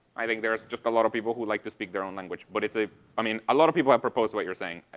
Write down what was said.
i think there's just a lot of people who like to speak their own language. but it's a i mean, a lot of people have proposed what you're saying.